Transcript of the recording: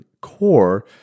core